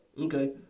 Okay